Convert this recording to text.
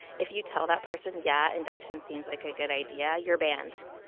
if you tell that person, yeah, induction seems like a good idea. your band,